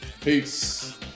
Peace